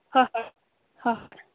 ꯍꯣꯏ ꯍꯣꯏ ꯍꯣꯏ ꯍꯣꯏ